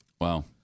Wow